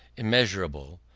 immeasurable,